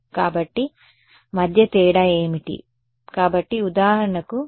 కాబట్టి మధ్య తేడా ఏమిటి కాబట్టి ఉదాహరణకు ఇది